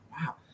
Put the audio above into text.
wow